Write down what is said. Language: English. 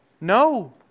No